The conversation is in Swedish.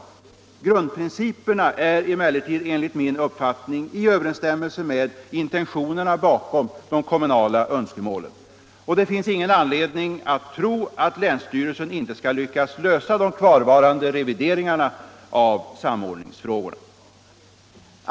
Nr 89 Grundprinciperna är emellertid enligt min uppfattning i överensstämmelse med intentionerna bakom de kommunala önskemålen. Det finns ingen anledning att tro att länsstyrelsen inte skall lyckas lösa dekvar= varande revideringarna av samordningsfrågorna.